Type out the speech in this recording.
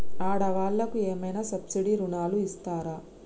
ఆడ వాళ్ళకు ఏమైనా సబ్సిడీ రుణాలు ఇస్తారా?